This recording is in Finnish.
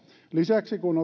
lisäksi kun